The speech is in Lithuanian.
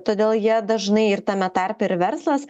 todėl jie dažnai ir tame tarpe ir verslas